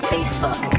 Facebook